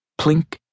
Plink